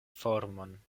formon